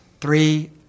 three